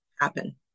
happen